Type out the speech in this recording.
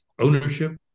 ownership